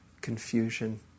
confusion